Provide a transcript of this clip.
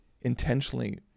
intentionally